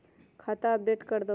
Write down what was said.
खाता अपडेट करदहु?